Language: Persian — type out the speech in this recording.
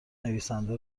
نویسنده